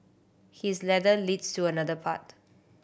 his ladder leads to another part